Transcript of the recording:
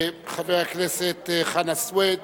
חבר הכנסת חנא סוייד.